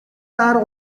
are